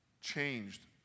changed